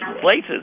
places